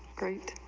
great